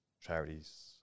charities